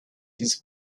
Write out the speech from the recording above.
his